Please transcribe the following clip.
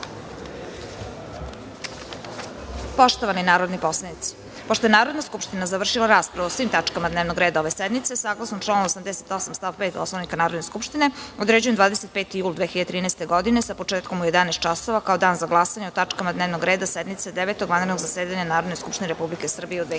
celini. Poštovani narodni poslanici, pošto je Narodna skupština završila raspravu o svim tačkama dnevnog reda ove sednice, saglasno članu 88. stav 5. Poslovnika Narodne skupštine, određujem 25. jul 2013. godine sa početkom u 11,00 časova kao dan za glasanje o tačkama dnevnog reda sednice Devetog vanrednog zasedanja Narodne skupštine Republike Srbije u 2013.